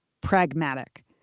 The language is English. pragmatic